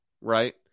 right